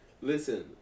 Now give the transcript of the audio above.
Listen